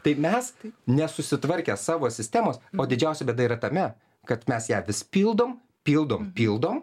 tai mes nesusitvarkę savo sistemos o didžiausia bėda yra tame kad mes ją vis pildom pildom pildom